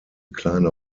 kleine